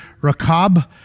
rakab